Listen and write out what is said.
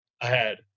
ahead